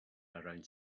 around